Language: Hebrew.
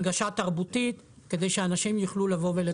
הנגשה תרבותית, כדי שאנשים יוכלו לבוא ולקבל.